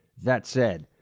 that said,